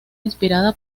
inspirada